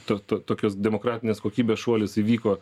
ta to tokios demokratinės kokybės šuolis įvyko